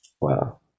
Wow